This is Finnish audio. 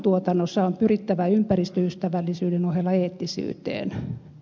ruuantuotannossa on pyrittävä ympäristöystävällisyyden ohella eettisyyteen